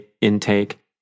intake